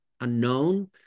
unknown